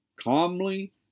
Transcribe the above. calmly